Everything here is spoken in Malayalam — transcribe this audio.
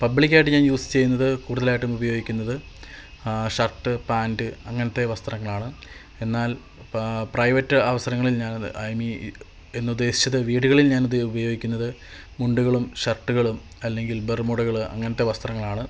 പബ്ലിക്കായിട്ട് ഞാൻ യൂസ് ചെയ്യുന്നത് കൂടുതലായിട്ടും ഉപയോഗിക്കുന്നത് ഷർട്ട് പാൻറ്റ് അങ്ങനത്തെ വസ്ത്രങ്ങളാണ് എന്നാൽ പ്ര പ്രൈവറ്റ് അവസരങ്ങളിൽ ഞാൻ ഐ മീൻ എന്നുദ്ദേശിച്ചത് വീടുകളിൽ ഞാനധികം ഉപയോഗിക്കുന്നത് മുണ്ടുകളും ഷർട്ടുകളും അല്ലങ്കിൽ ബർമുഡകള് അങ്ങനത്തെ വസ്ത്രങ്ങളാണ്